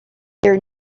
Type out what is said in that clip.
their